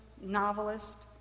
novelist